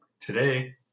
Today